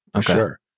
sure